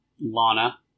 Lana